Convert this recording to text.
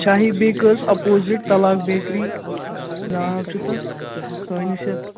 شاہی Bakers opposite تَلاق bakery ناو چھُ تَتھ سٲنِس یَتھ